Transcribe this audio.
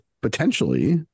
potentially